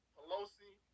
Pelosi